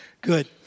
good